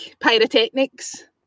pyrotechnics